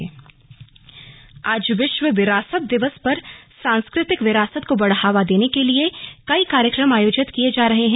विश्व विरासत दिवस आज विश्व विरासत दिवस पर सांस्कृतिक विरासत को बढ़ावा देने के लिए कई कार्यक्रम आयोजित किए जा रहे हैं